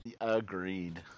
Agreed